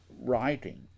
writing